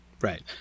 right